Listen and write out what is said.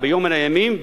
וביום מן הימים,